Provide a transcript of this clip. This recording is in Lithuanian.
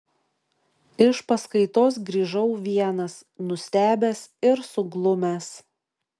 iš paskaitos grįžau vienas nustebęs ir suglumęs